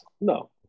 no